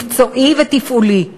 מקצועי ותפעולי,